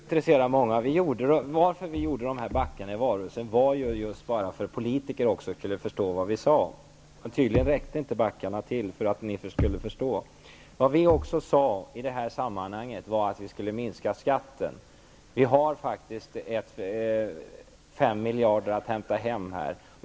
Herr talman! Backarna tycks intressera många. Vi tog backarna som exempel i valrörelsen för att politikerna också skulle förstå vad vi sade. Men backarna räckte tydligen inte för att ni skulle förstå. i sade i det sammanhanget att vi skulle minska skatten. Vi har 5 miljarder att hämta hem här.